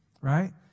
Right